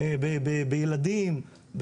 בילדים,